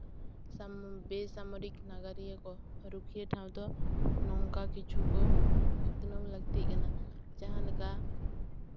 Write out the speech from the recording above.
ᱵᱮᱥᱟᱢᱚᱨᱤᱠ ᱱᱟᱜᱟᱨᱤᱭᱟᱹ ᱠᱚ ᱨᱩᱠᱷᱤᱭᱟᱹ ᱴᱷᱟᱶ ᱫᱚ ᱱᱚᱝᱠᱟ ᱠᱤᱪᱷᱩ ᱠᱚ ᱩᱛᱱᱟᱹᱣ ᱞᱟᱹᱠᱛᱤᱜ ᱠᱟᱱᱟ ᱡᱟᱦᱟᱸ ᱞᱮᱠᱟ